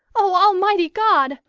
oh! almighty god!